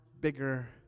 bigger